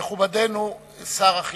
מכובדנו שר החינוך.